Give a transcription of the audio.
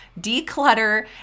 declutter